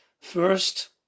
first